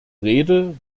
rede